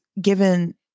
given